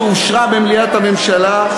שאושרה במליאת הממשלה,